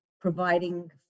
providing